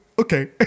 okay